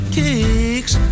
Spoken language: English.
kicks